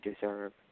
deserve